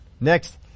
Next